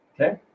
okay